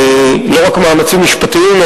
לא רק מאמצים משפטיים,